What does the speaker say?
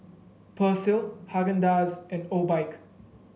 Persil Haagen Dazs and Obike